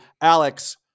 Alex